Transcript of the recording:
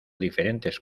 diferentes